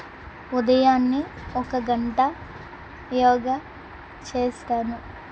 ఉదయాన్నే ఒక గంట యోగా చేస్తాను